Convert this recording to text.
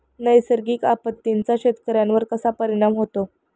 नैसर्गिक आपत्तींचा शेतकऱ्यांवर कसा परिणाम होतो?